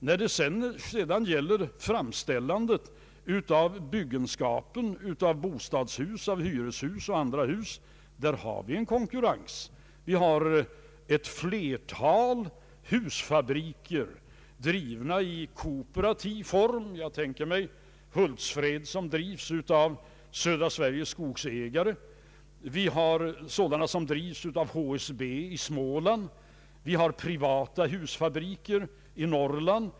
När det sedan gäller framställandet av bostadshus, hyreshus och andra hus, så har vi konkurrens där. Vi har ett flertal husfabriker drivna i kooperativ form. Jag tänker på den i Hultsfred, som drivs av Södra Sveriges skogsägare. Vi har sådana som drivs av HSB i Småland. Vi har privata husfabriker i Norrland.